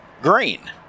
green